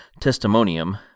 testimonium